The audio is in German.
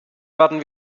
werden